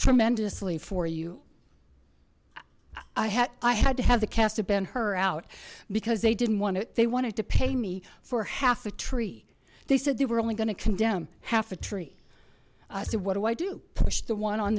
tremendously for you i had i had to have the cast of ben hur out because they didn't want it they wanted to pay me for half a tree they said they were only going to condemn half a tree i said what do i do push the one on